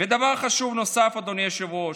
ודבר חשוב נוסף, אדוני היושב-ראש,